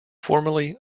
formerly